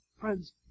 Friends